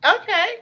Okay